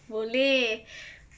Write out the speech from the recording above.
boleh